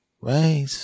Right